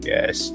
Yes